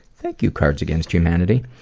thank you, cards against humanity.